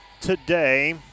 Today